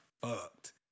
fucked